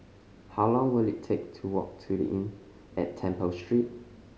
how long will it take to walk to The Inn at Temple Street